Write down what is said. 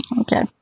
Okay